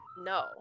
no